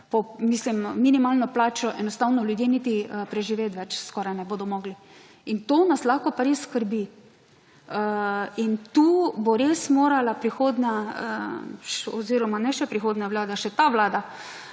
z minimalno plačo ljudje niti preživeti skoraj ne bodo mogli. In to nas lahko res skrbi. Tu bo res morala prihodnja oziroma ne še prihodnja vlada, še ta vlada